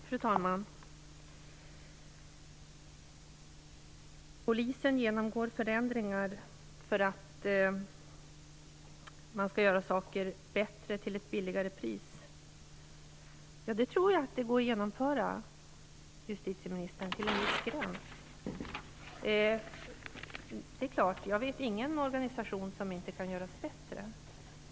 Fru talman! Polisen genomgår förändringar för att man skall göra saker bättre till ett billigare pris. Ja, justitieministern, det tror jag går att genomföra till en viss gräns. Jag känner inte till någon organisation som inte kan göras bättre.